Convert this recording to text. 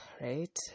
right